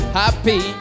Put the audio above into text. happy